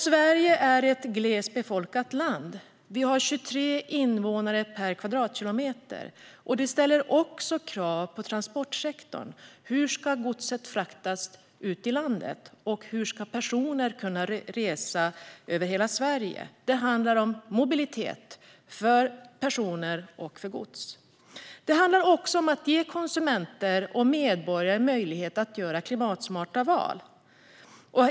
Sverige är ett glest befolkat land; vi har 23 invånare per kvadratkilometer. Detta ställer krav på transportsektorn. Hur ska gods fraktas ut i landet, och hur ska personer kunna resa över hela Sverige? Det handlar om mobilitet för personer och gods. Det handlar också om att ge konsumenter och medborgare möjlighet att göra klimatsmarta val.